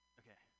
okay